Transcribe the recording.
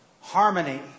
harmony